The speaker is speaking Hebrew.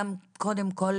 קודם כל,